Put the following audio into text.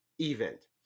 event